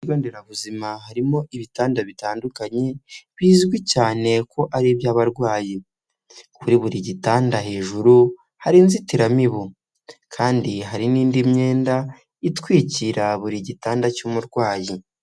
Ibigonderabuzima harimo ibitanda bitandukanye bizwi cyane ko ari iby'abarwayi, kuri buri gitanda hejuru hari inzitiramibu, kandi hari n'indi myenda itwikira buri gitanda cy'umurwayi.